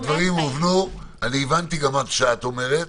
הדברים הובנו, גם מה שאת אומרת.